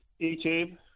YouTube